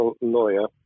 lawyer